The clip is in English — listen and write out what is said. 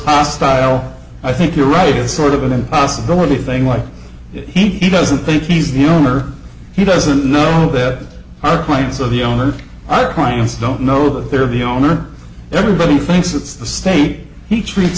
hostile i think you're right it's sort of an impossibility thing like he doesn't think he's the owner he doesn't know that our clients are the owners of our clients don't know that they're the owner everybody thinks it's the state he treat